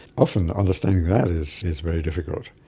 often understanding that is is very difficult.